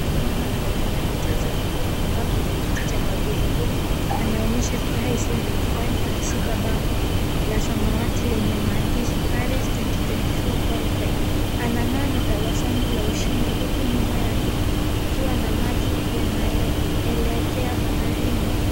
Mwanamke mwanamichezo akiwa amekaa kwenye kiti cha magurudumu anaonyesha furaha isiyo na kifani akishika bango la samawati lenye maandishi Paris 2024 Qualified . Anang'aa na tabasamu la ushindi huku nyuma yake kukiwa na maji yanayoelekea baharini.